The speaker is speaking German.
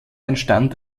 entstand